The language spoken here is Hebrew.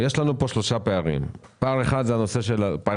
יש שלושה פערים חדשים: